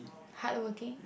hardworking